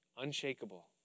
unshakable